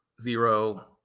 zero